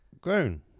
grown